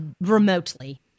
Remotely